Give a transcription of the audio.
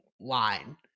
line